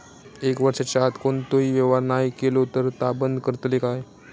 एक वर्षाच्या आत कोणतोही व्यवहार नाय केलो तर ता बंद करतले काय?